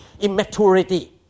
immaturity